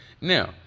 Now